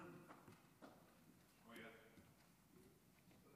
חבר הכנסת פרוש,